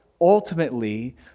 ultimately